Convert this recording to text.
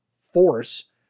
force